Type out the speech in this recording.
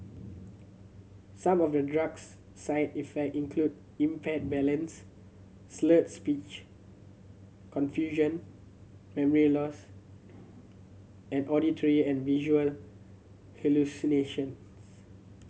some of the drug's side effect include impaired balance slurred speech confusion memory loss and auditory and visual hallucinations